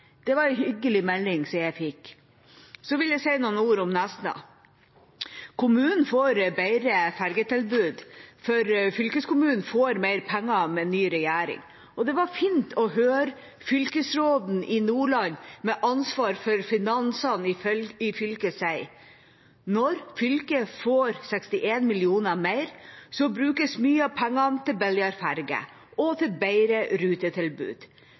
hyggelig melding å få. Så vil jeg si noen ord om Nesna. Kommunen får bedre fergetilbud, for fylkeskommunen får mer penger med ny regjering. Det var fint å høre fylkesråden i Nordland med ansvar for finansene i fylket si at når fylket får 61 mill. kr mer, brukes mye av pengene til billigere ferge og bedre rutetilbud. Pengene skal brukes til bedre